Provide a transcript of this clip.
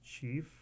Chief